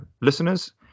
listeners